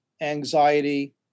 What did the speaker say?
anxiety